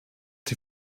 die